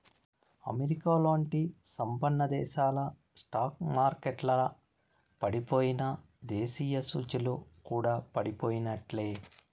అమెరికాలాంటి సంపన్నదేశాల స్టాక్ మార్కెట్లల పడిపోయెనా, దేశీయ సూచీలు కూడా పడిపోయినట్లే